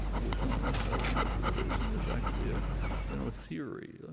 who were telling us how ah wonderful it is. and there's actually, ah you know, a theory,